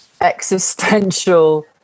existential